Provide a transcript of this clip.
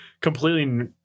completely